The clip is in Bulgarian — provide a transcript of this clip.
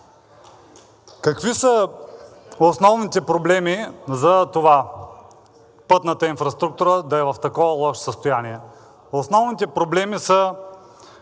Какви са основните проблеми за това пътната инфраструктура да е в такова лошо състояние? Основните проблеми са